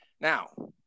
Now